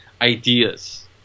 ideas